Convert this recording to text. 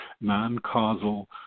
non-causal